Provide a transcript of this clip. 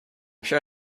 sure